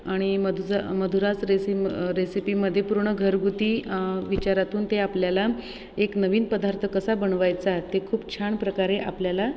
आणि मधुरा मधुराज रेसिम रेसिपीमध्ये पूर्ण घरगुती विचारातून ते आपल्याला एक नवीन पदार्थ कसा बनवायचा ते खूप छान प्रकारे आपल्याला